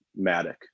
Matic